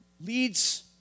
leads